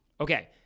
Okay